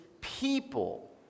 people